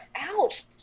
ouch